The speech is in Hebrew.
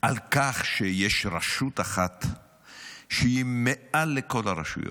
על כך שיש רשות אחת שהיא מעל לכל הרשויות,